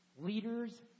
Leaders